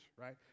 right